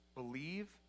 believe